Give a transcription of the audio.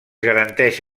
garanteix